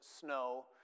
snow